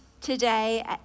today